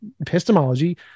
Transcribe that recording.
epistemology